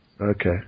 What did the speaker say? Okay